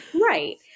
right